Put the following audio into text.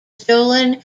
stolen